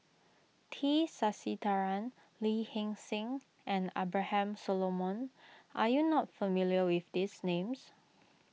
T Sasitharan Lee Hee Seng and Abraham Solomon are you not familiar with these names